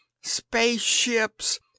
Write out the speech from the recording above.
Spaceships